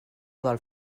del